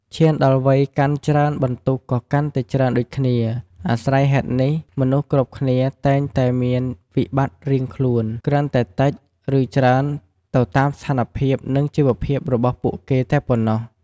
ឈានដល់វ័យកាន់ច្រើនបន្ទុកក៏កាន់តែច្រើនដូចគ្នា អាស្រ័យហេតុនេះមនុស្សគ្រប់គ្នាតែងតែមានវិបត្តិរៀងខ្លួន គ្រាន់តែតិច ឬច្រើនទៅតាមស្ថានភាពនិងជីវភាពរបស់ពួកគេតែប៉ុណ្ណោះ។